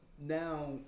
now